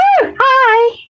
Hi